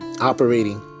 operating